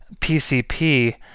PCP